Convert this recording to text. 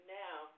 now